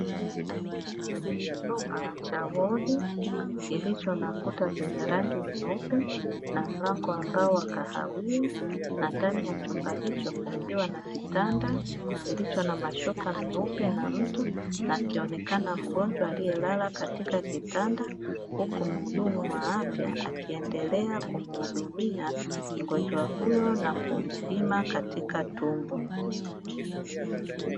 Chumba cha wodi kilicho na kuta zenye rangi nyeupe na mlango wa mbao wa kahawia na ndani ya chumba hicho kukiwa na kitanda kilicho na mashuka meupe na mto, na akionekana mgonjwa aliyelala katika kitanda, huku mhudumu wa afya akiendelea kumuhudumia mgonjwa huyo na kumpima katika tumbo.